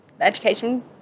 Education